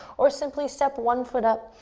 or simply step one foot up,